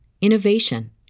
innovation